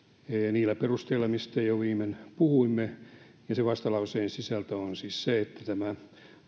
niillä perusteilla mistä jo viimeksi puhuimme sen vastalauseen sisältö on siis se että tämä